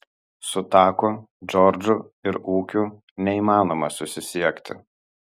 su taku džordžu ir ūkiu neįmanoma susisiekti